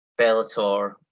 Bellator